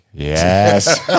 Yes